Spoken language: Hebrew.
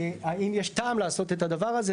האם יש טעם לעשות את הדבר הזה.